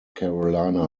carolina